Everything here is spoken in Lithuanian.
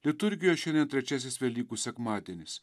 liturgijoj šiandien trečiasis velykų sekmadienis